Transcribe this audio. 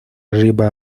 arriba